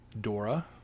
Dora